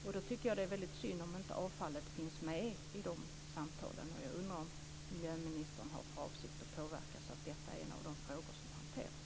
Jag tycker att det är väldigt synd om inte avfallsskatten finns med i de samtalen. Jag undrar om miljöministern har för avsikt att utöva påverkan för att detta ska bli en av de frågor som ska hanteras.